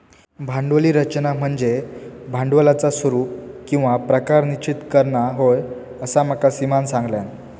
भांडवली रचना म्हनज्ये भांडवलाचा स्वरूप किंवा प्रकार निश्चित करना होय, असा माका सीमानं सांगल्यान